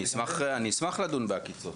אני אשמח לדון בעקיצות,